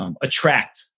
attract